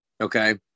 Okay